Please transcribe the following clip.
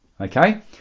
okay